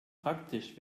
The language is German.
praktisch